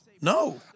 No